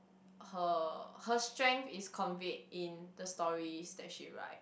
her her strength is conveyed in the stories that she write